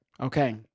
Okay